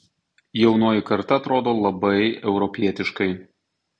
jaunoji karta atrodo labai europietiškai